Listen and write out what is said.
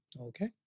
Okay